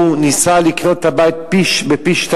הוא ניסה לקנות את הבית בפי-שניים,